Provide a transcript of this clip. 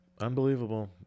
unbelievable